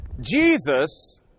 Jesus